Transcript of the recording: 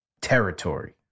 territory